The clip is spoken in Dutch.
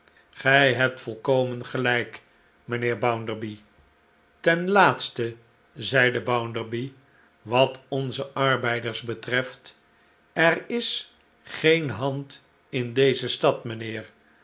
gij hebt volkomen gelijk mijnheer bounderby ten laatste zeide bounderby wat onze arbeiders betreft er is geen hand in deze stad mijnheer